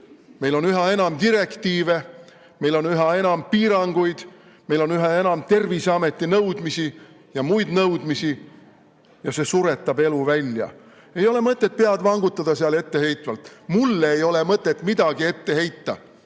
Meil on üha enam direktiive, meil on üha enam piiranguid, meil on üha enam Terviseameti nõudmisi ja muid nõudmisi ja see suretab elu välja. Ei ole mõtet seal etteheitvalt pead vangutada. Mulle ei ole mõtet midagi ette heita.